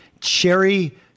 cherry